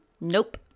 nope